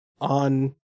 on